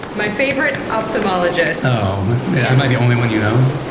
my favorite ophthalmologist. so am i the only one you know?